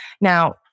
Now